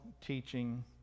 teaching